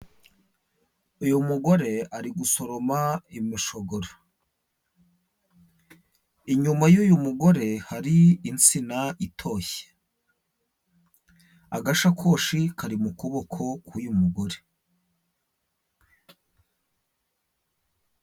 Uyu mugore ari gusoroma imishogoro. Inyuma y'uyu mugore hari insina itoshye. Agashakoshi kari mu kuboko k'uyu mugore.